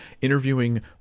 interviewing